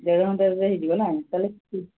ଦେଢ଼ ଘଣ୍ଟା ଭିତରେ ହୋଇଯିବ ନା ତାହେଲେ